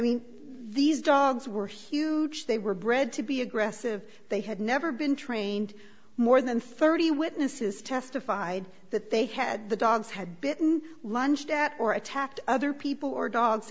mean these dogs were huge they were bred to be aggressive they had never been trained more than thirty witnesses testified that they had the dogs had bitten lunged at or attacked other people or dogs